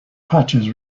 patches